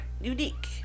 unique